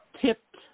tipped